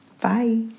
bye